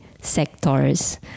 sectors